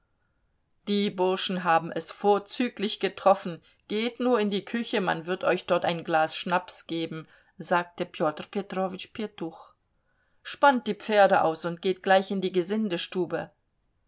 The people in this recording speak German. die burschen haben es vorzüglich getroffen geht nur in die küche man wird euch dort ein glas schnaps geben sagte pjotr petrowitsch pjetuch spannt die pferde aus und geht gleich in die